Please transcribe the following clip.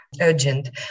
urgent